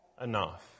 enough